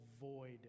void